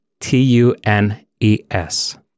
t-u-n-e-s